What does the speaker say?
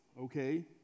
okay